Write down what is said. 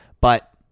But-